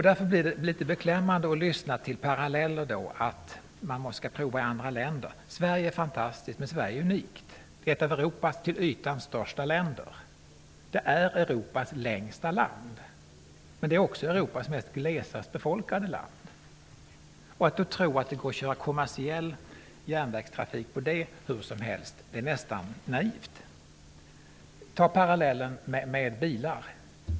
Därför är det beklämmande att lyssna till sådant som att man måste prova i andra länder. Sverige är fantastiskt, men Sverige är unikt. Det är ett av Europas till ytan största länder, och det är Europas längsta land, men det är också Europas glesast befolkade land. Att tro att man kan köra kommersiell järnvägstrafik här hur som helst är nästan naivt. Ta parallellen med bilar.